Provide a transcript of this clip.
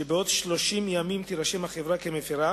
שבעוד 30 ימים תירשם החברה כמפירה